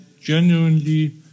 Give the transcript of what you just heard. genuinely